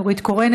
נורית קורן,